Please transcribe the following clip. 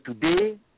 today